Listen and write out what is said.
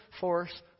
force